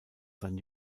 sein